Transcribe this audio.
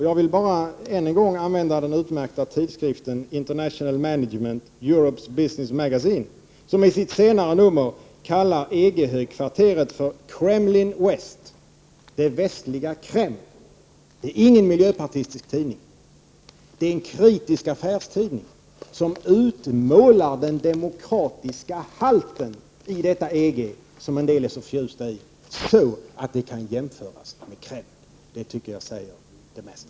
Jag vill bara än en gång hänvisa till den utmärkta tidskriften International Management — Europe's Business Magazine, som i sitt senaste nummer kallar EG-högkvarteret för Kremlin West, det västliga Kreml. Det är ingen miljöpartistisk tidning. Det är kritisk affärstidning, som utmålar den demokratiska halten i detta EG som en delärså förtjusta i så att det kan jämföras med Kreml. Det tycker jag säger det mesta.